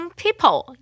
people